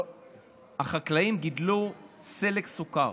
החקלאים גידלו סלק סוכר.